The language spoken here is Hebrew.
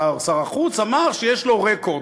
שר החוץ אמר שיש לו רקורד.